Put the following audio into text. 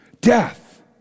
death